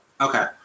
Okay